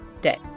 day